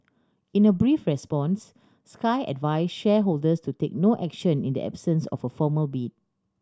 in a brief response sky advised shareholders to take no action in the absence of a formal bid